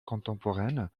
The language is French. contemporaine